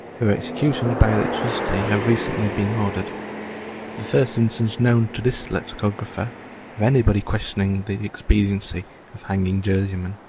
where executions by electricity have recently been ordered the first instance known to this lexicographer of anybody questioning the expediency of hanging jerseymen.